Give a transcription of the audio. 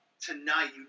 tonight